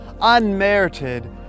unmerited